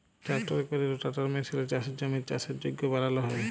ট্রাক্টরে ক্যরে রোটাটার মেসিলে চাষের জমির চাষের যগ্য বালাল হ্যয়